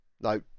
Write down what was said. no